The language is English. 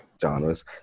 genres